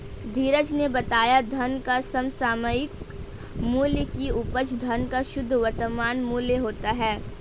धीरज ने बताया धन का समसामयिक मूल्य की उपज धन का शुद्ध वर्तमान मूल्य होता है